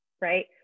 right